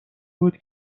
بود